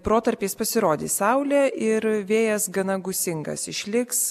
protarpiais pasirodys saulė ir vėjas gana gūsingas išliks